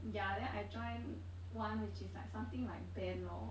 ya then I join one which is like something like band lor